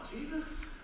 Jesus